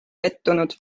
pettunud